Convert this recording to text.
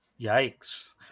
Yikes